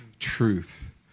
truth